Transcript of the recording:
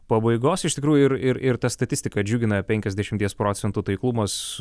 pabaigos iš tikrųjų ir ir ta statistika džiugina penkiasdešimties procentų taiklumas